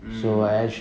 mm